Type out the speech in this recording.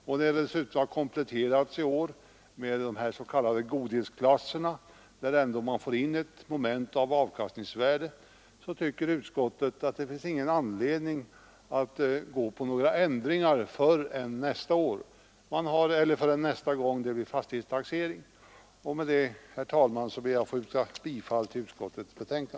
Eftersom dessa i år har kompletterats med de s.k. godhetsklasserna, där man ändå får in ett visst avkastningsvärde, anser utskottet att det inte finns anledning att vidta ändringar förrän nästa gång det blir fastighetstaxering. Med detta ber jag, herr talman, att få yrka bifall till utskottets hemställan.